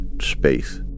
space